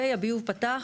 הביוב פתח,